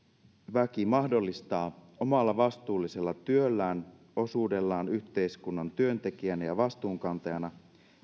väki mahdollistaa omalla vastuullisella työllään osuudellaan yhteiskunnan työntekijöinä ja vastuunkantajina